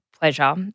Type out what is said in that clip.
pleasure